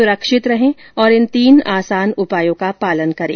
सुरक्षित रहें और इन तीन आसान उपायों का पालन करें